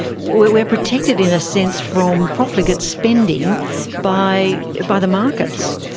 we are protected in a sense from profligate spending by by the markets.